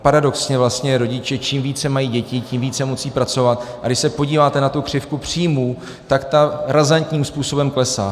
Paradoxně vlastně čím více mají rodiče dětí, tím více musí pracovat, a když se podíváte na tu křivku příjmů, tak ta razantním způsobem klesá.